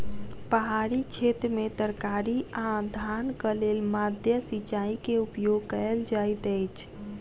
पहाड़ी क्षेत्र में तरकारी आ धानक लेल माद्दा सिचाई के उपयोग कयल जाइत अछि